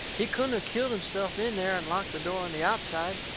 he couldn't of killed himself in there and locked the door on the outside.